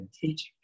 teaching